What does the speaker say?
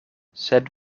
sed